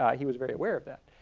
he was very aware of that.